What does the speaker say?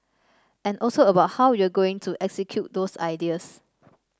and also about how you're going to execute those ideas